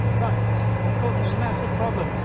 but it's causing a massive problem